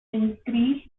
increase